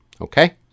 Okay